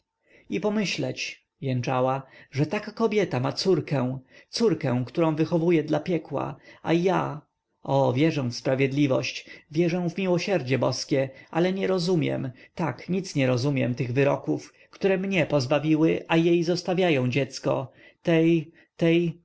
i pomyśleć jęczała że taka kobieta ma córkę córkę którą wychowuje dla piekła a ja o wierzę w sprawiedliwość wierzę w miłosierdzie boskie ale nie rozumiem tak nic nie rozumiem tych wyroków które mnie pozbawiły a jej zostawiają dziecko tej tej